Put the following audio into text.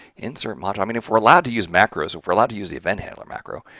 insert module, i mean if we're allowed to use macros, if we're allowed to use the eventhandler macro,